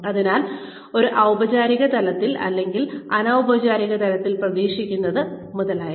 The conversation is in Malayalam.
അതിനാൽ ഒരു ഔപചാരിക തലത്തിൽ അല്ലെങ്കിൽ അനൌപചാരിക തലത്തിൽ പ്രതീക്ഷിക്കുന്നത് മുതലായവ